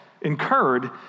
incurred